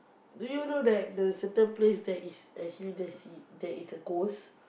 do you know that the certain place there is actually there is there is a ghost